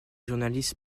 journalistes